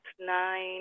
nine